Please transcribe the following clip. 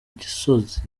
gisozi